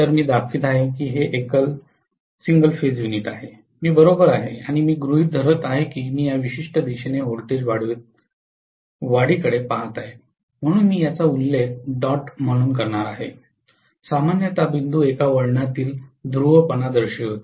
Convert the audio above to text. तर मी दाखवित आहे की हे सिंगल फेज युनिट आहे मी बरोबर आहे आणि मी गृहित धरत आहे की मी या विशिष्ट दिशेने व्होल्टेज वाढीकडे पहात आहे म्हणून मी याचा उल्लेख डॉट म्हणून करणार आहे सामान्यत बिंदू एका वळणातील ध्रुवपणा दर्शवितो